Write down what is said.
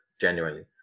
genuinely